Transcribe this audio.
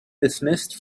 dismissed